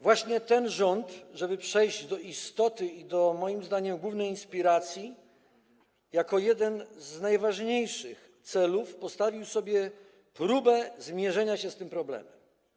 Właśnie ten rząd, żeby przejść do istoty i do, moim zdaniem, głównej inspiracji, jako jeden z najważniejszych celów postawił sobie próbę zmierzenia się z tym problemem.